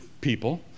people